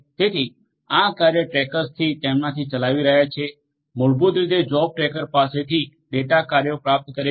તેથી આ કાર્ય ટ્રેકર્સ તેમનાથી ચલાવી રહ્યા છે મૂળભૂત રીતે જોબ ટ્રેકર પાસેથી ડેટા કાર્યો પ્રાપ્ત કરે છે